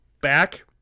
back